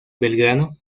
belgrano